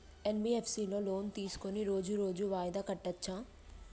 NBFS లో loan తీస్కొని రోజు రోజు వాయిదా కట్టచ్ఛా?